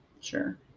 sure